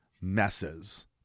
messes